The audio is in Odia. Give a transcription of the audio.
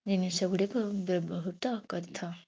ଜିନିଷଗୁଡ଼ିକୁ ବ୍ୟବହୃତ କରିଥାଉ